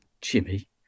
jimmy